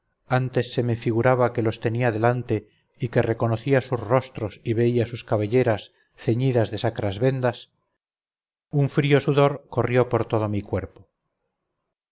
antes se me figuraba que los tenía delante y que reconocía sus rostros y veía sus cabelleras ceñidas de sacras vendas un frío sudor corrió por todo mi cuerpo